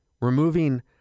Removing